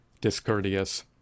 discourteous